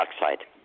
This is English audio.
dioxide